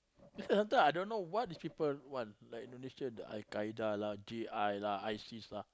that's why sometimes I don't know what these people want like Indonesia the Al-Qaeda lah J_I lah I_S_I_S lah